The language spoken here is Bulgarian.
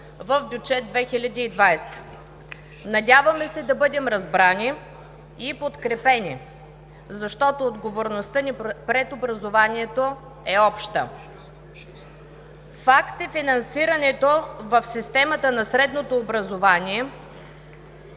в бюджет 2020. Надяваме се да бъдем разбрани и подкрепени, защото отговорността ни пред образованието е обща. Факт е финансирането в системата на средното образование,